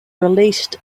released